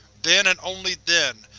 then and only then,